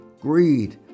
greed